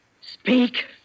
Speak